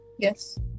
Yes